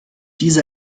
diese